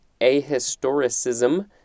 ahistoricism